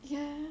yeah